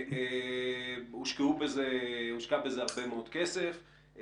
הושקע בזה הרבה מאוד כסף.